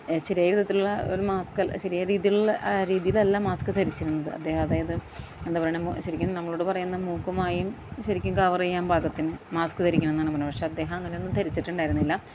ശരിയായ വിധത്തിലുള്ള ഒരു മാസ്ക് ശരിയായ രീതിയിലുള്ള രീതിയിലല്ല മാസ്ക് ധരിച്ചിരുന്നത് അദ്ദേഹം അതായത് എന്താണ് പറയുന്നത് ശരിക്കും നമ്മളോട് പറയുന്നത് മൂക്കും വായും ശരിക്കും കവർ ചെയ്യാൻ പാകത്തിന് മാസ്ക് ധരിക്കണമെന്നാണ് പറയുന്നത് പക്ഷേ അദ്ദേഹം അങ്ങനെ ഒന്നും ധരിച്ചിട്ടുണ്ടായിരുന്നില്ല